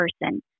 person